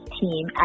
team